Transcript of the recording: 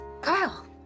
Kyle